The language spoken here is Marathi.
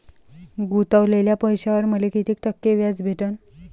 गुतवलेल्या पैशावर मले कितीक टक्के व्याज भेटन?